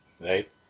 right